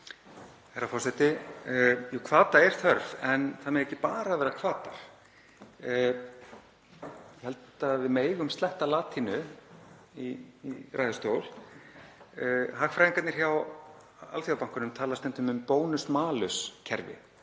Herra forseti. Jú, hvata er þörf en það mega ekki bara vera hvatar. Ég held að við megum sletta latínu í ræðustól en hagfræðingarnir hjá Alþjóðabankanum tala stundum um „bonus malus“-kerfi,